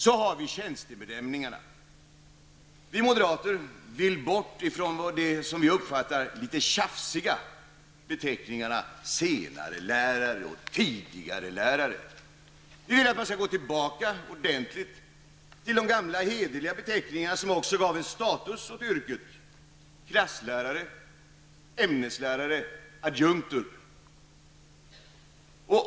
Beträffande tjänstebenämningarna vill vi moderater komma bort från det som vi uppfattar som de litet tjafsiga beteckningarna senarelärare och tidigarelärare. Vi vill att man skall gå tillbaka ordentligt till de gamla hederliga beteckningarna som också gav en status åt yrket -- klasslärare, ämneslärare och adjunkter.